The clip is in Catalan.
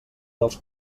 dels